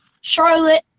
Charlotte